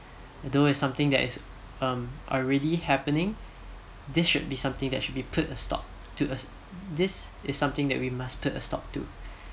although it's something that is um already happening this should be something that should be put to stop to a~ this is something that we must put a stop to